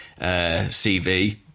CV